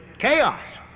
chaos